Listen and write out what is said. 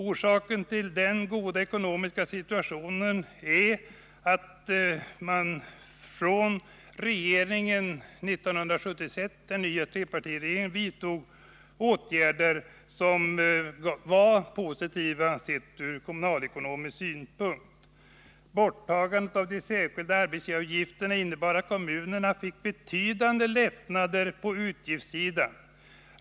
Orsaken till den goda ekonomiska situationen är att trepartiregeringen 1976 vidtog åtgärder som var positiva från kommunalekonomisk synpunkt. Borttagandet av de särskilda arbetsgivaravgifterna innebar att kommunerna fick betydande lättnader på utgiftssidan.